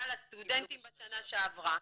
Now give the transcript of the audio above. מינהל הסטודנטים בשנה שעברה.